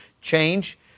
change